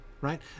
Right